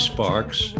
Sparks